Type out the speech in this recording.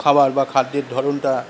খাবার বা খাদ্যের ধরনটা